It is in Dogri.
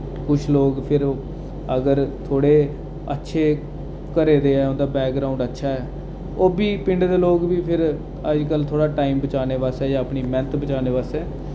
किश लोक फिर अगर थोह्ड़े अच्छे घरे दे ऐं उं'दा बैकग्राउंड अच्छा ऐ ओह् बी पिंड दे लोक बी फिर अजकल थोह्ड़ा टाइम बचाने आस्तै जां अपनी मेह्नत बचाने आस्तै